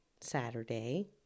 Saturday